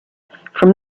from